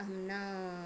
अहं न